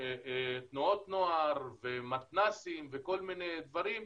תנועות נוער ומתנ"סים וכל מיני דברים,